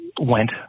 went